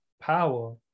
power